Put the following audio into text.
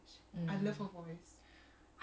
yes yes oh my goodness